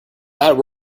bad